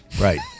Right